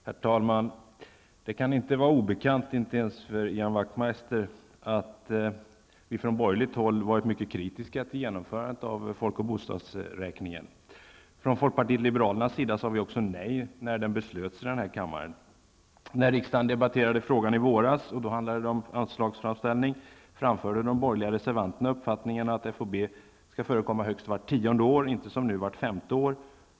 Herr talman! Det kan inte vara obekant, inte ens för Ian Wachtmeister, att vi från borgerligt håll har varit mycket kritiska till genomförandet av folkoch bostadsräkningen. Folkpartiet liberalerna sade också nej när beslutet om den fattades i denna kammare. När riksdagen debatterade frågan i våras -- då handlade det om anslagsframställning -- framförde de borgerliga reservanterna uppfattningen att FoB skulle förekomma högst vart tionde år, inte som nu vart femte år.